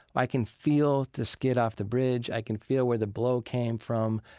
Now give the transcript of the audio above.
i can feel the skid off the bridge, i can feel where the blow came from,